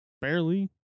barely